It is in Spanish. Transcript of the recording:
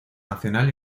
nacional